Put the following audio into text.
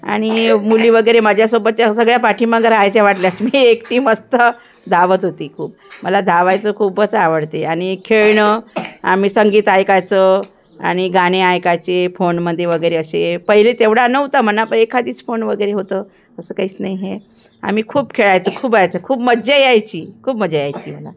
आणि मुली वगैरे माझ्यासोबतच्या सगळ्या पाठीमागं राहायच्या वाटल्यास मी एकटी मस्त धावत होती खूप मला धावायचं खूपच आवडते आणि खेळणं आम्ही संगीत ऐकायचं आणि गाणे ऐकायचे फोनमध्ये वगैरे असे पहिले तेवढा नव्हता म्हणा प एखादीच फोन वगैरे होतं असं काहीच नाही हे आम्ही खूप खेळायचं खूप यायचं खूप मजा यायची खूप मजा यायची मला